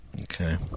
Okay